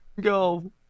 go